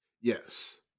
Yes